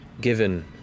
given